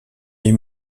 les